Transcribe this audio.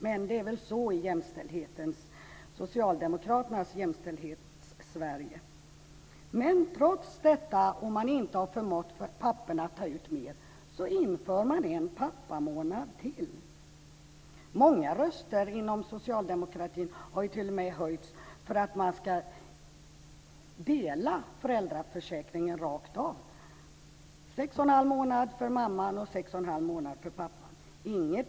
Men det är väl så som det går till i socialdemokraternas Jämställdhetssverige. Trots att man inte har förmått papporna att ta ut mera föräldraledighet inför man ytterligare en pappamånad. Många röster inom socialdemokratin har höjts för att man t.o.m. ska dela föräldraförsäkringen rakt av, 6 1⁄2 månad för mamman och 6 1⁄2 månad för pappan.